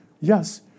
Yes